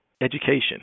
education